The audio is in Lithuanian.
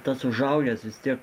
tas užaugęs vis tiek